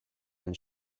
and